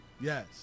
Yes